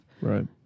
Right